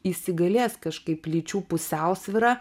įsigalės kažkaip lyčių pusiausvyrą